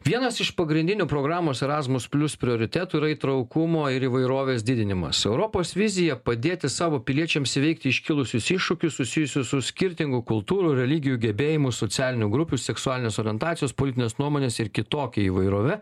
vienas iš pagrindinių programos erasmus plius prioritetų yra įtraukumo ir įvairovės didinimas europos vizija padėti savo piliečiams įveikti iškilusius iššūkius susijusius su skirtingų kultūrų religijų gebėjimų socialinių grupių seksualinės orientacijos politinės nuomonės ir kitokia įvairove